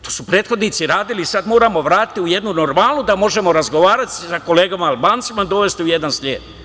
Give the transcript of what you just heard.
To su prethodnici radili i sada moramo vratiti u jednu normalu da možemo razgovarati sa kolegama Albancima, dovesti u jedan red.